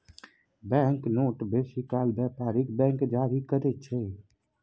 bank note बेसी काल बेपारिक बैंक जारी करय छै